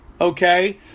okay